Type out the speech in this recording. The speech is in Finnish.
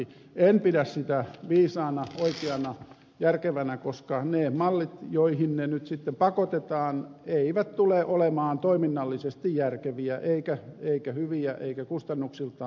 en pidä sitä viisaana oikeana järkevänä koska ne mallit joihin ne nyt sitten pakotetaan eivät tule olemaan toiminnallisesti järkeviä eivätkä hyviä eivätkä kustannuksiltaan parhaita